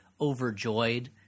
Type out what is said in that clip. overjoyed